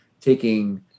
taking